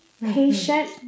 patient